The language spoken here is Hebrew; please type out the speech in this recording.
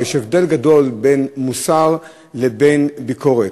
ויש הבדל גדול בין מוסר לבין ביקורת,